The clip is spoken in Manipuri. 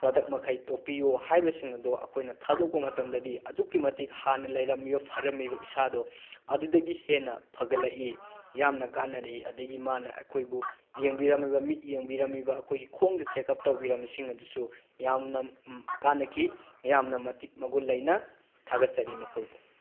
ꯄ꯭ꯔꯗꯛ ꯃꯈꯩ ꯇꯣꯛꯄꯤꯌꯨ ꯍꯥꯏꯕꯁꯤꯡ ꯑꯗꯣ ꯑꯩꯈꯣꯏꯅ ꯊꯥꯗꯣꯛꯄ ꯃꯇꯝꯗꯗꯤ ꯑꯗꯨꯛꯀꯤ ꯃꯇꯤꯛ ꯍꯥꯟꯅ ꯂꯩꯔꯝꯃꯤꯕ ꯐꯔꯝꯃꯤꯕ ꯏꯁꯥꯗꯣ ꯑꯗꯨꯗꯒꯤ ꯍꯦꯟꯅ ꯐꯒꯠꯂꯛꯏ ꯌꯥꯝꯅ ꯀꯥꯟꯅꯔꯛꯏ ꯑꯗꯒꯤ ꯃꯥꯅ ꯑꯩꯈꯣꯏꯕꯨ ꯌꯦꯡꯕꯤꯔꯝꯃꯤꯕ ꯃꯤꯠ ꯌꯦꯡꯕꯤꯔꯝꯃꯤꯕ ꯑꯩꯈꯣꯏꯒꯤ ꯈꯣꯡꯗ ꯆꯦꯛꯑꯞ ꯇꯧꯕꯤꯔꯝꯃꯤꯕꯁꯤꯡ ꯑꯗꯨꯁꯨ ꯌꯥꯝꯅ ꯀꯥꯟꯅꯈꯤ ꯌꯥꯝꯅ ꯃꯇꯤꯛ ꯃꯒꯨꯟ ꯂꯩꯅ ꯊꯥꯒꯠꯆꯔꯤ ꯃꯈꯣꯏꯕꯨ